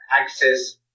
access